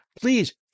please